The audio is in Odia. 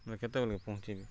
ମୁଇଁ କେତେବେଲ୍କେ ପହଞ୍ଚିବି